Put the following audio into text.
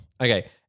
Okay